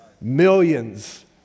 Millions